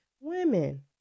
women